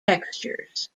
textures